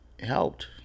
Helped